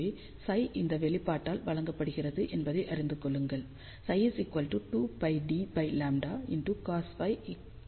எனவே ψ இந்த வெளிப்பாட்டால் வழங்கப்படுகிறது என்பதை அறிந்து கொள்ளுங்கள் ψ 2 πd λ cosϕ δ